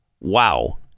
Wow